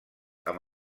amb